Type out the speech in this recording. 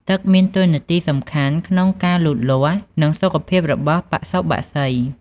ទឹកមានតួនាទីសំខាន់ណាស់ក្នុងការលូតលាស់ និងសុខភាពរបស់បសុបក្សី។